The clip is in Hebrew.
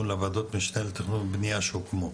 מול הוועדות משנה לתכנון ובנייה שהוקמו.